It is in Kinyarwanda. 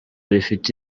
rifite